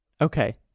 Okay